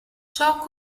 ciò